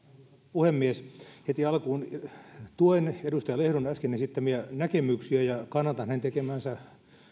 puhemies heti alkuun tuen edustaja lehdon äsken esittämiä näkemyksiä ja kannatan hänen tekemäänsä